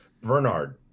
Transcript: bernard